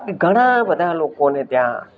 ઘણાં બધા લોકોને ત્યાં